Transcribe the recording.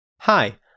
Hi